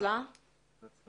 כאשר ברור לנו שזה